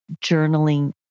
journaling